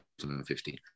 2015